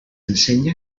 ensenya